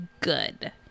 good